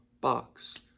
box